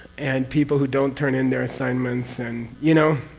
and people who don't turn in their assignments and you know?